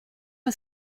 est